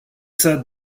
said